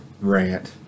rant